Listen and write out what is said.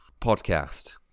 podcast